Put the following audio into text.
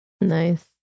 nice